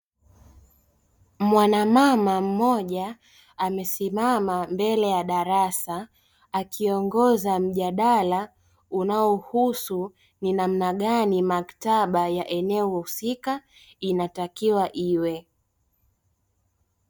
Mwanamama mmoja amesimama mbele ya darasa akiongoza mjadala unaohusu "ni namna gani maktaba ya eneo husika inatakiwa iwe".